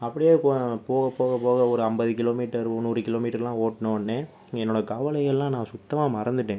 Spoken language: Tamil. அப்படியே போ போக போக போக ஒரு ஐம்பது கிலோமீட்டர் நூறு கிலோமீட்டரெலாம் ஓட்டுனவொன்னே என்னோடய கவலையெல்லாம் நான் சுத்தமாக மறந்துட்டேன்